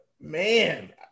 Man